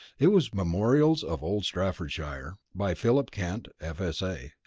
it was memorials of old staffordshire, by philip kent, f s a,